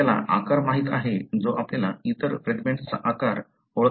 आपल्याला आकार माहित आहे जो आपल्याला इतर फ्रॅगमेंट्सचा आकार ओळखण्यास मदत करतो